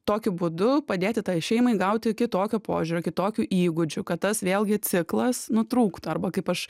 tokiu būdu padėti tai šeimai gauti kitokio požiūrio kitokių įgūdžių kad tas vėlgi ciklas nutrūktų arba kaip aš